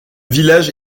village